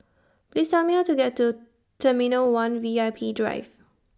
Please Tell Me How to get to Terminal one V I P Drive